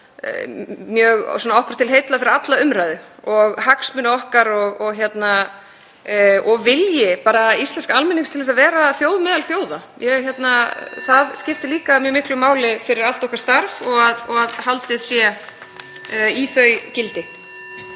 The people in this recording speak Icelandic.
Það er til heilla fyrir alla umræðu, fyrir hagsmuni okkar og vilji íslensks almennings er að vera þjóð meðal þjóða. Það skiptir líka mjög miklu máli fyrir allt okkar starf og að haldið sé í þau gildi.